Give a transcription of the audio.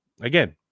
again